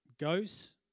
Goes